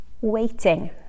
Waiting